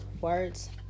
words